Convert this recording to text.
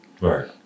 Right